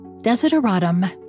Desideratum